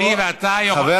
אני גם מורה,